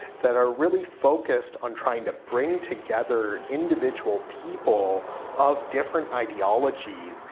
that are really focused on trying to bring together individual people of different ideologies,